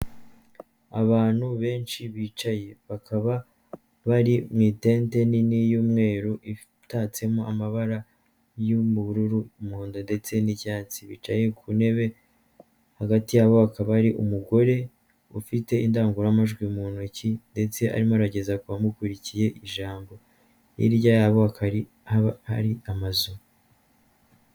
Abantu benshi bicaye bakaba bari mu itente nini y'umweru itatsemo amabara y'ubururu, umuhondo ndetse n'icyatsi. Bicaye ku ntebe hagati yabo hakaba hari umugore ufite indangururamajwi mu ntoki ndetse arimo arageza ku bamukurikiye ijambo. Hirya yabo hakaba hari amazu.